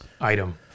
item